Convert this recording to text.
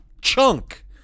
chunk